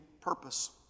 purpose